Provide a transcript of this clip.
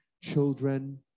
children